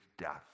death